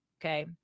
okay